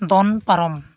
ᱫᱚᱱ ᱯᱟᱨᱚᱢ